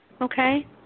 okay